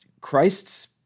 Christ's